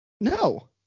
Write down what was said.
No